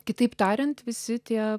kitaip tariant visi tie